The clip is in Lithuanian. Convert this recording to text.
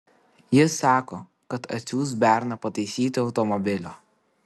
jis sako kad atsiųs berną pataisyti automobilio